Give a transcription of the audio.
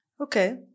Okay